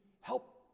Help